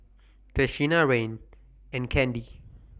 Tashina Rayne and Kandy